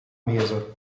mesa